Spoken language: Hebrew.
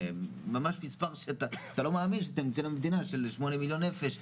ממש מספר שאתה לא מאמין שאתה נמצא במדינה של 8 מיליון נפש,